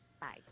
Bye